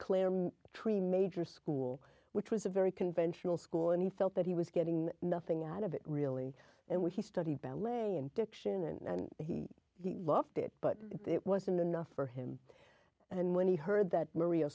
claire tree major school which was a very conventional school and he felt that he was getting nothing out of it really and when he studied ballet and diction and he loved it but it wasn't enough for him and when he heard that maria